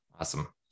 Awesome